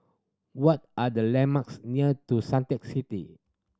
what are the landmarks near Suntec City